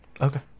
Okay